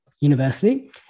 university